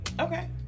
Okay